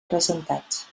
presentats